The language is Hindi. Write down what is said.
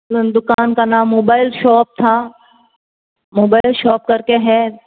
उन दुकान का नाम मोबाइल शॉप था मोबाइल शॉप करके है